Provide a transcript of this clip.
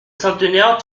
centenaire